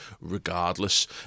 regardless